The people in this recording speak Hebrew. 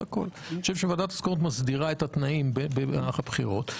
אני חושב שוועדת הסכמות מסדירה את התנאים במהלך הבחירות.